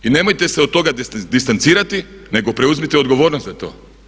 I nemojte se od toga distancirati nego preuzmite odgovornost za to.